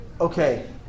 Okay